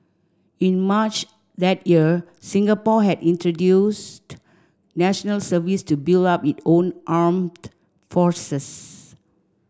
in March that year Singapore had introduced National Service to build up it own armed forces